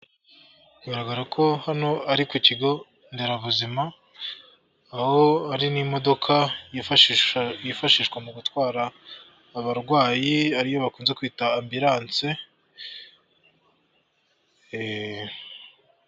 Bigaragara ko hano ari ku kigo nderabuzima, aho ari n'imodoka yifashishwa mu gutwara abarwayi ariyo bakunze kwita ambulance, eee...